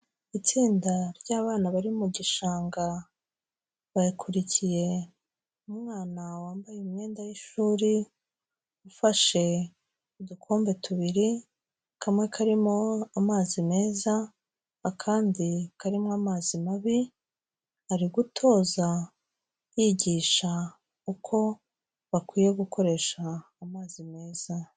Itsinda ry'abana bari mu gishanga, bakurikiye umwana wambaye imyenda y'ishuri ufashe udukombe tubiri, kamwe karimo amazi meza, akandi karimo amazi mabi ari gutoza yigisha uko bakwiye gukoresha amazi meza.